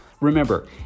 Remember